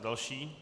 Další.